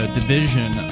division